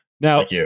Now